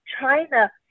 China